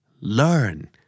Learn